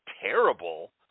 terrible